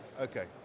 okay